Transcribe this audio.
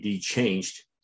changed